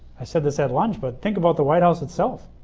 i said this at lunch but think about the white house itself.